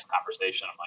conversation